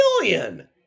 million